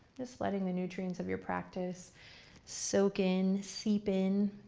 just letting the nutrients of your practice soak in, seep in.